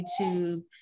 YouTube